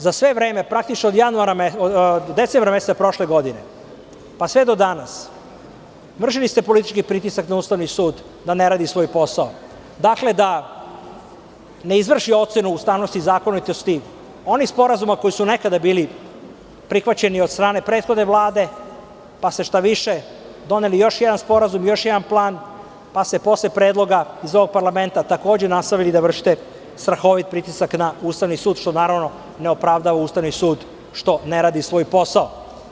Za sve vreme, praktično od decembra meseca prošle godine, pa sve do danas, vršili ste politički pritisak na Ustavni sud da ne radi svoj posao, da ne izvrši ocenu ustavnosti i zakonitosti onih sporazuma koji su nekada bili prihvaćeni od strane prethodne Vlade, pa ste šta više doneli još jedan sporazum i još jedan plan, pa ste posle predloga iz ovog parlamenta takođe nastavili da vršite strahovih pritisak na Ustavni sud, što ne opravdava Ustavni sud što ne radi svoj posao.